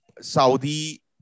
Saudi